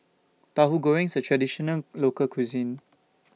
Tahu Goreng IS A Traditional Local Cuisine